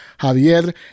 Javier